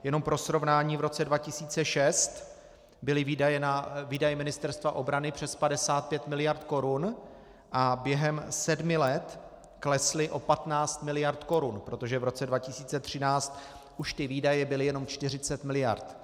Jenom pro srovnání v roce 2006 byly výdaje Ministerstva obrany přes 55 miliard korun a během sedmi let klesly o 15 miliard korun, protože v roce 2013 už ty výdaje byly jenom 40 miliard.